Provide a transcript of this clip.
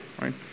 right